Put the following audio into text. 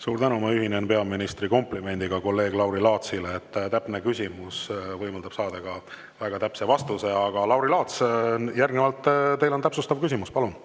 Suur tänu! Ma ühinen peaministri komplimendiga kolleeg Lauri Laatsile. Täpne küsimus võimaldab saada ka väga täpse vastuse. Lauri Laats, teil on täpsustav küsimus, palun!